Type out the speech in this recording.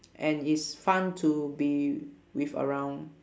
and is fun to be with around